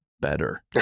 better